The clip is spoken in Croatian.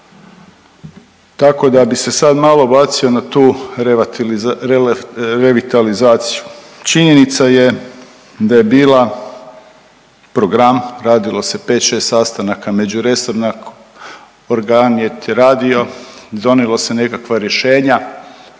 Tako da bi se sad malo bacio revitalizaciju. Činjenica je da je bila, program radilo se 5-6 sastanaka međuresorna, organ je radio i donijelo se nekakva rješenja.